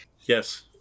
Yes